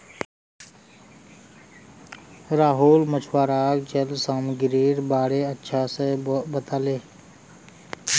राहुल मछुवाराक जल सामागीरीर बारे अच्छा से बताले